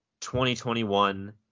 2021